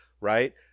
right